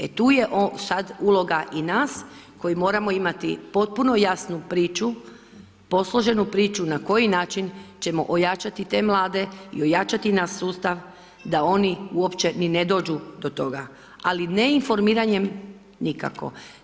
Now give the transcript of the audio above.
E tu je sad uloga i nas koji moramo imati potpuno jasnu priču, posloženu priču na koji način ćemo ojačati te mlade i ojačati naš sustav da oni uopće ni ne dođu do toga ali ne informiranjem nikako.